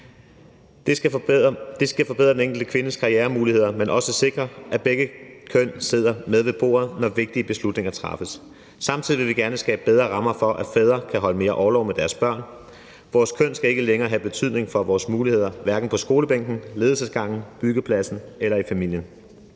Det skal forbedre den enkelte kvindes karrieremuligheder, men også sikre, at begge køn sidder med ved bordet, når vigtige beslutninger træffes. Samtidig vil vi gerne skabe bedre rammer for, at fædre kan holde mere orlov med deres børn. Vores køn skal ikke længere have betydning for vores muligheder – hverken på skolebænken, ledelsesgangen, byggepladsen eller i familien.